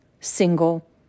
single